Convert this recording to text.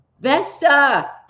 Vesta